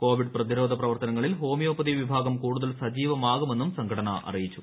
Covid പ്രതിരോധ പ്രവർത്തനങ്ങളിൽ homoeopathy വിഭാഗം കൂടുതൽ സജീവമാകുമെന്നും സംഘടന അറിയിച്ചു